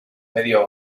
medio